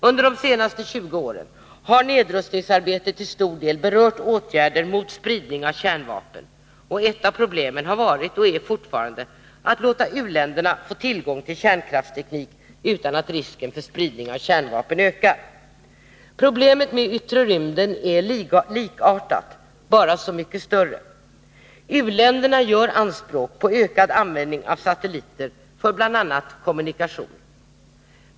Under de senaste 20 åren har nedrustningsarbetet till stor del berört åtgärder mot spridning av kärnvapen, och ett av problemen har varit och är fortfarande att låta u-länderna få tillgång till kärnkraftsteknik utan att risken för spridning av kärnvapen ökar. Problemet med yttre rymden är likartat, bara så mycket större. U-länderna gör anspråk på ökad användning av satelliter för bl.a. kommunikation.